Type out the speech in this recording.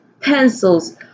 pencils